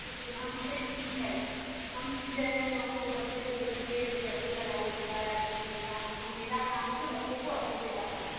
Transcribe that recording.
देखिए हम तो एक टीचर हैं हम टीचर हैं तो हम तो बच्चे को देखेंगे जो कैसे पढ़ाई होता है अच्छे से होता है हम मेरा काम है जो बच्चे को अच्छे से पढ़ाना